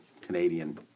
Canadian